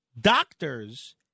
Doctors